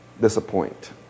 disappoint